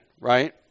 Right